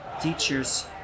teachers